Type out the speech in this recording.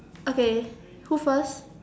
okay who first